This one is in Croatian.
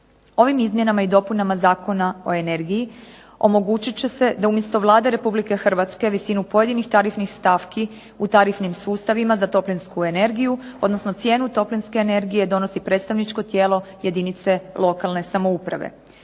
Ovim izmjenama i dopunama Zakona o energiji omogućit će se da umjesto Vlade RH visinu pojedinih tarifnih stavki u tarifnim sustavima za toplinsku energiju, odnosno cijenu toplinske energije donosi predstavničko tijelo jedinice lokalne samouprave.